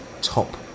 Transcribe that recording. top